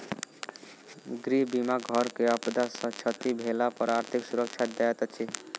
गृह बीमा घर के आपदा सॅ क्षति भेला पर आर्थिक सुरक्षा दैत अछि